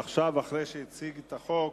עכשיו, אחרי שהוא הציג את החוק,